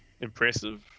impressive